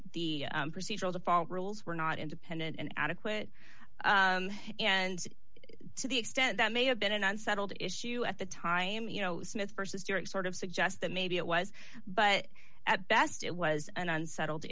the procedural default rules were not independent and adequate and to the extent that may have been an unsettled issue at the time you know smith versus during sort of suggest that maybe it was but at best it was an unsettled